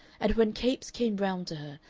and when capes came round to her,